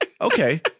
Okay